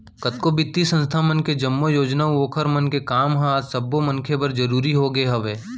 कतको बित्तीय संस्था मन के जम्मो योजना अऊ ओखर मन के काम ह आज सब्बो मनखे बर जरुरी होगे हवय